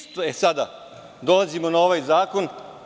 Sada dolazimo na ovaj zakon.